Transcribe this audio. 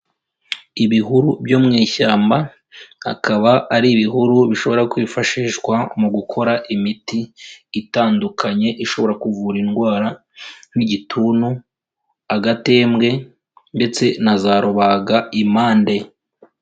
Ibihuru byo mu ishyamba, akaba ari ibihuru bishobora kwifashishwa mu gukora imiti itandukanye ishobora kuvura indwara nk'igituntu, agatembwe ndetse na za rubaga impande.